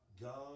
God